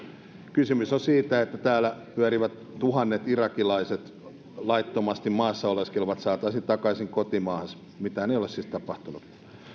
kysymys on siitä että täällä pyörivät tuhannet laittomasti maassa oleskelevat irakilaiset saataisiin takaisin kotimaahansa mitään ei ole siis tapahtunut